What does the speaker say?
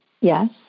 Yes